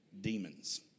Demons